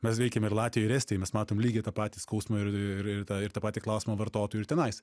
mes veikiam ir latvijoj ir estijoj mes matom lygiai tą patį skausmą ir ir ir tą ir tą patį klausimą vartotojui tenai